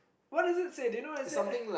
what does it say do you what it say